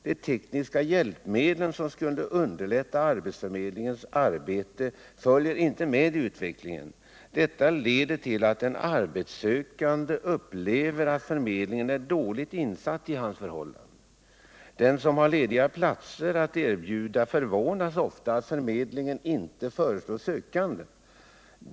De tekniska hjälpmedlen som skulle underlätta arbetsförmedlingens arbete följer inte med i utvecklingen, vilket leder till att en arbetssökande upplever att förmedlingen är dåligt insatt i hans förhållanden. Den som har lediga platser att erbjuda förvånas ofta över att förmedlingen inte föreslår sökande.